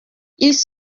ils